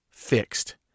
fixed